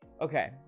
Okay